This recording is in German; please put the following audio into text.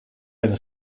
eine